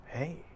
Hey